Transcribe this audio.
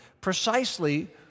precisely